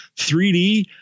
3D